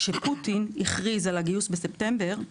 כשפוטין הכריז על הגיוס בספטמבר,